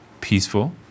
peaceful